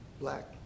black